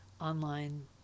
online